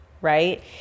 right